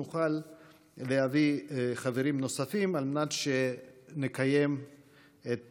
ונוכל להביא חברים נוספים על מנת שנקיים את